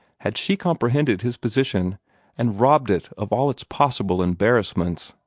had she comprehended his position and robbed it of all its possible embarrassments!